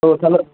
তো তাহলে